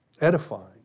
edifying